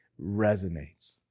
resonates